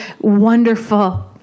wonderful